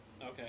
Okay